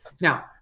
Now